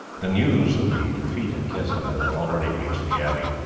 the news of the defeat at kesteven had already reached the abbey,